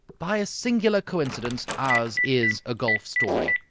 by a singular coincidence, ours is a golf story.